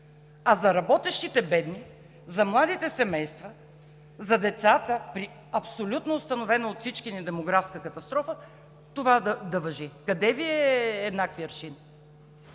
а за работещите бедни, за младите семейства, за децата, при абсолютно установена от всички ни демографска катастрофа, това да важи? Къде Ви е еднаквият аршин?!